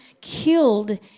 killed